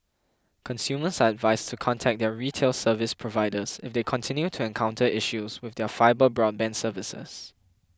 consumers advised to contact their retail service providers if they continue to encounter issues with their fibre broadband services